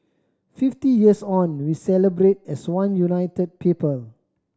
fifty years on we celebrate as one united people